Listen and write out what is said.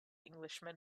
englishman